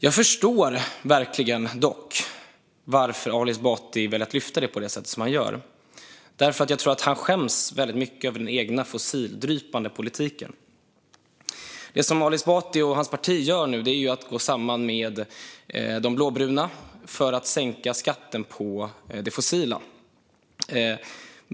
Dock förstår jag verkligen varför Ali Esbati vill lyfta fram det här på det sätt som han gör. Jag tror nämligen att han skäms väldigt mycket över den egna fossildrypande politiken. Det som Ali Esbati och hans parti gör nu är ju att gå samman med de blåbruna för att sänka skatten på det fossila.